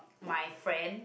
my friend